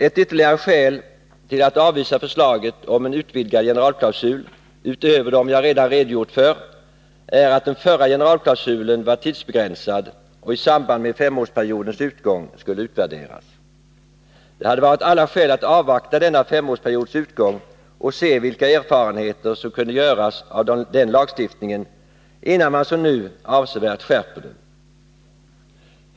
Ett ytterligare skäl till att avvisa förslaget om en utvidgad generalklausul, utöver dem jag redan redogjort för, är att den förra generalklausulen var tidsbegränsad och att den i samband med femårsperiodens utgång skulle utvärderas. Det hade funnits alla skäl att avvakta denna femårsperiods utgång och se vilka erfarenheter som kunde göras av den lagstiftningen, innan man som nu avsevärt skärper den.